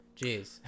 Jeez